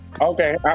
okay